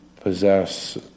possess